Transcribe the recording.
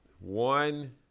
One